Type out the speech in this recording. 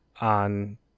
on